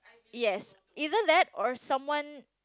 yes either that or someone